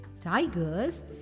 Tigers